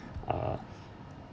uh